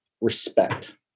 respect